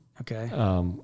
Okay